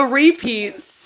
repeats